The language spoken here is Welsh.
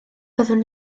byddwn